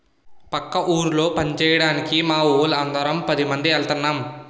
పక్క ఊళ్ళో పంచేయడానికి మావోళ్ళు అందరం పదిమంది ఎల్తన్నం